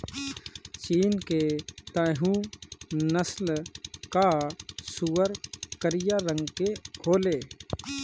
चीन के तैहु नस्ल कअ सूअर करिया रंग के होले